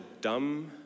dumb